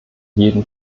jedem